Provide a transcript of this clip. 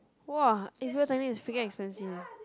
!wah! is freaking expensive